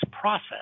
process